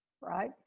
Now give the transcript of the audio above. right